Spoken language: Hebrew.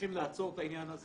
צריכים לעצור את העניין הזה